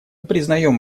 признаем